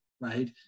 right